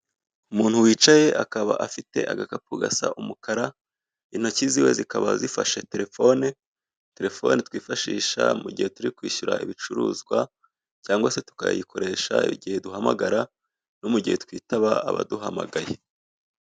Umuntu wicaye, akaba afite agakapu gasa umukara, intoki z'iwe zikaba zifashe telefone, telefone twifashisha mu gihe turi kwishyura ibicuruzwa, cyangwa se tukayikoresha igihe duhamagara, no mu gihe twitaba abaduhamagaye.